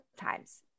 times